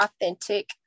authentic